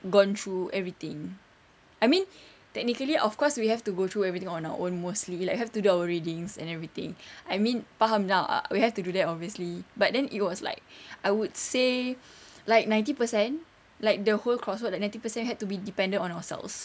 gone through everything I mean technically of course we have to go through everything on our own mostly like have to do our readings and everything I mean faham lah we have to do that obviously but then it was like I would say like ninety percent like the whole coursework that ninety percent had to be depended on ourselves